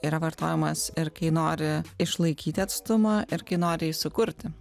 yra vartojamas ir kai nori išlaikyti atstumą ir kai nori jį sukurti